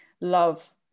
love